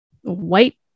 white